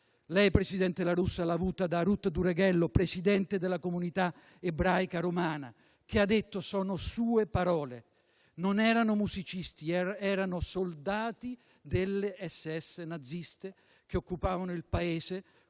lei, presidente La Russa, l'ha avuta da Ruth Dureghello, presidente della Comunità ebraica romana, che ha detto, sono sue parole: «Non erano musicisti, erano soldati delle SS naziste che occupavano il Paese